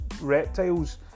reptiles